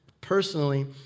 personally